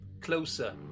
closer